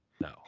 No